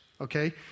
Okay